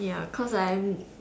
ya because I